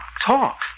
Talk